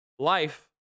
Life